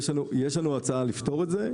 יש לנו הצעה לפתור זאת.